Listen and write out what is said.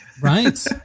Right